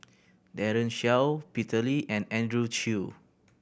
Daren Shiau Peter Lee and Andrew Chew